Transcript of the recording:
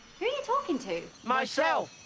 who are you talking to? myself.